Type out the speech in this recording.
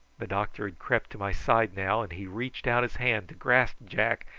the doctor had crept to my side now, and he reached out his hand to grasp jack,